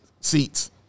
seats